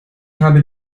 habe